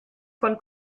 von